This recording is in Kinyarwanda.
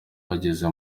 bageze